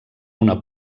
una